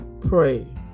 Pray